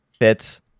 fits